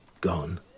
Gone